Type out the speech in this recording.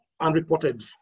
unreported